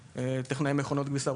טכנאי מכונות כביסה,